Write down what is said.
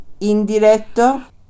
Indiretto